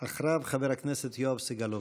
אחריו, חבר הכנסת יואב סגלוביץ'.